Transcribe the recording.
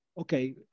Okay